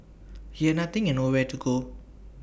he had nothing and nowhere to go